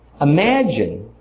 Imagine